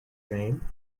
name